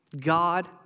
God